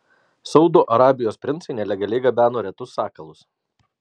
saudo arabijos princai nelegaliai gabeno retus sakalus